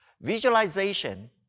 Visualization